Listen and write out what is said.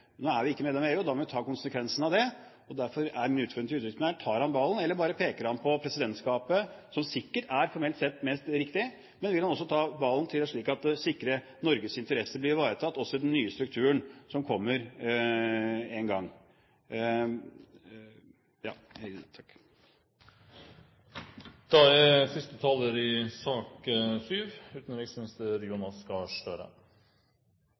Nå er vi ikke medlem av EU, og da må vi ta konsekvensen av det. Derfor er min utfordring til utenriksministeren: Tar han ballen, eller bare peker han på presidentskapet som sikkert formelt sett er mest riktig, men vil han også ta ballen, slik at han sikrer at Norges interesse blir ivaretatt også i den nye strukturen som kommer en gang? Jeg er,